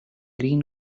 green